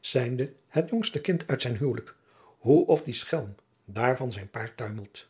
zijnde het jongste kind uit zijn huwelijk hoe of die schelm daar van zijn paard tuimelt